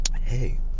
hey